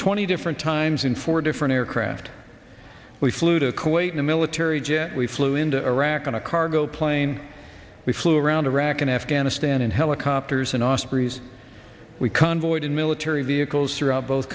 twenty different times in four different aircraft we flew to kuwait in a military jet we flew into iraq on a cargo plane we flew around iraq and afghanistan in helicopters and ospreys we convoyed in military vehicles throughout both